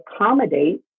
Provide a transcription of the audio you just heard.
accommodate